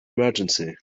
emergency